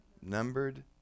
Numbered